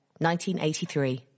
1983